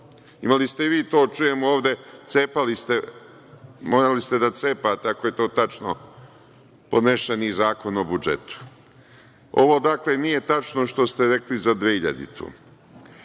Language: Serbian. Imali ste i vi to, čujem ovde, cepali ste, morali ste da cepate, ako je to tačno, podneseni Zakon o budžetu. Ovo, dakle, nije tačno što ste rekli za 2000.